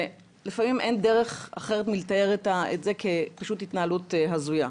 ולפעמים אין דרך אחרת מלתאר את זה מאשר התנהלות הזויה.